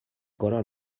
color